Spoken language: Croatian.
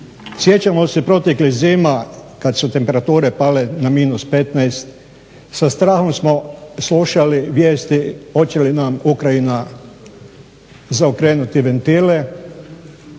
Sjećamo se proteklih zima kad su temperature pale na -15 sa strahom smo slušali vijesti hoće li nam Ukrajina zaokrenuti ventile